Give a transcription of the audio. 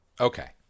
okay